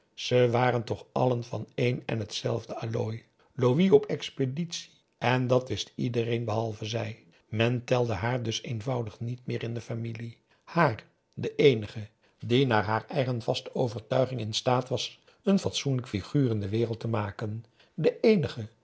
ze waren toch allen van één en hetzelfde allooi louis op expeditie en dat wist iedereen behalve zij men telde haar dus eenvoudig niet meer in de familie haar de eenige die naar haar eigen vaste overtuiging in staat was een fatsoenlijk figuur in de wereld te maken de eenige